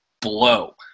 Blow